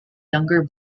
younger